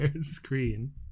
screen